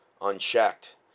unchecked